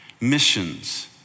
Missions